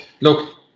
Look